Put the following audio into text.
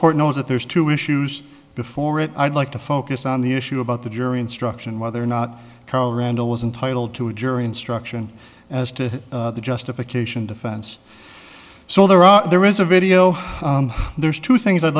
court knows that there's two issues before it i'd like to focus on the issue about the jury instruction whether or not karl randall was entitle to a jury instruction as to the justification defense so there are there is a video there's two things i'd